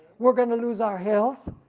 we are gonna lose our health,